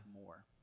more